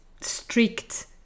strict